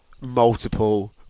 multiple